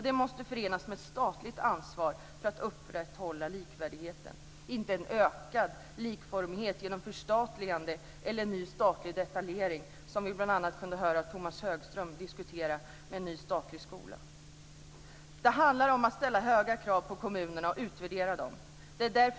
Detta måste förenas med ett statligt ansvar för att upprätthålla likvärdigheten, inte med en ökad likformighet genom förstatligande eller en ny statlig detaljering - bl.a. detta kunde vi höra Tomas Högström diskutera, med en ny statlig skola. Det handlar om att ställa höga krav på kommunerna och att utvärdera dem.